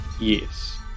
Yes